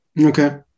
Okay